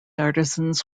artisans